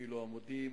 הפילו עמודים,